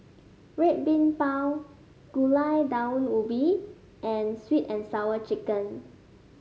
Red Bean Bao Gulai Daun Ubi and sweet and Sour Chicken